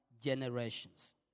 generations